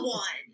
one